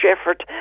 effort